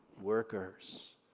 workers